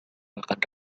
makan